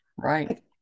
Right